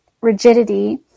rigidity